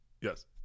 Yes